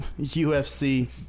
UFC